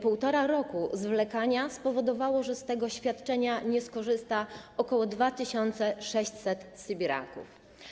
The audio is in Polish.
Półtora roku zwlekania spowodowało, że z tego świadczenia nie skorzysta ok. 2600 sybiraków.